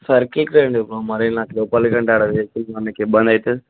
circle side ఉన్నాం మరి నాకు లోపలికంటే అక్కడ మీకు ఇబ్బంది అయితే